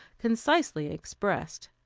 concisely expressed.